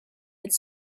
its